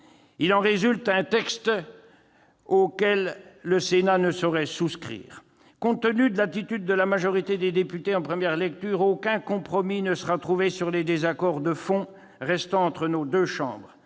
Il en résulte un texte auquel le Sénat ne saurait souscrire. Compte tenu de l'attitude de la majorité des députés en première lecture, aucun compromis ne sera trouvé sur les désaccords de fond restant entre nos deux chambres.